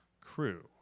crew